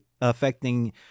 affecting